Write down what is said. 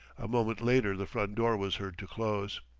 a moment later the front door was heard to close.